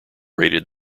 rated